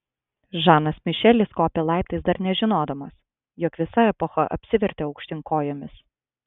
žanas mišelis kopė laiptais dar nežinodamas jog visa epocha apsivertė aukštyn kojomis